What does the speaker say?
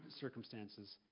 circumstances